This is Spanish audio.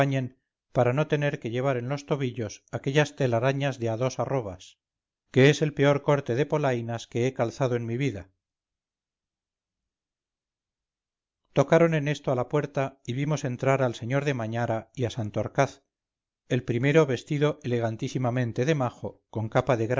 para no tener que llevar en los tobillos aquellas telarañas de a dos arrobas que es el peor corte de polainas que he calzado en mi vida tocaron en esto a la puerta y vimos entrar al sr de mañara y a santorcaz el primero vestido elegantísimamente de majo con capa de